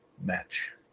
match